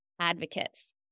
advocates